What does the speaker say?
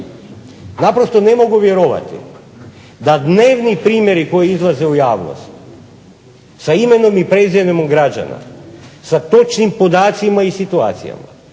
Naprosto ne mogu vjerovati da dnevni primjeri koji izlaze u javnost sa imenom i prezimenom građana, sa točnim podacima i situacijama